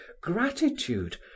gratitude